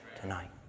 tonight